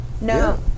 No